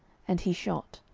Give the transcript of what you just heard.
and he shot.